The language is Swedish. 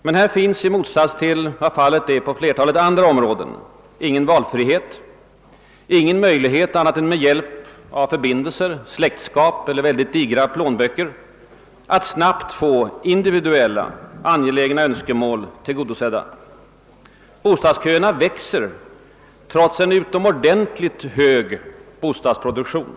Men här finns, i motsats till vad fallet är på flertalet andra områden, ingen valfrihet, ingen möjlighet — annat än med hjälp av förbindelser, släktskap eller mycket digra plånböcker — att snabbt få individuella angelägna önskemål tillgodosedda. Bostadsköerna växer trots en utomordentligt hög bostadsproduktion.